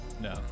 No